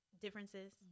differences